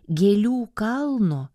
gėlių kalno